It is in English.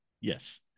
yes